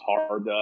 hard